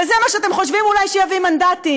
וזה מה שאתם חושבים אולי שיביא מנדטים.